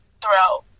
throughout